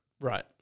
Right